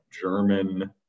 German